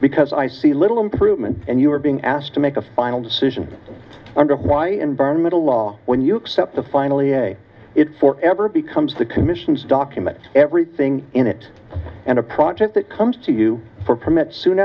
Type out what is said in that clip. because i see little improvement and you are being asked to make a final decision why environmental law when you accept the finally a it for ever becomes the commission's document everything in it and a project that comes to you for permit soon